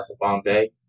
Bombay